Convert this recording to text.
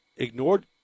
ignored